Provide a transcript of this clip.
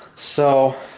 so.